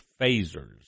phasers